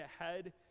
ahead